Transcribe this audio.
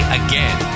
again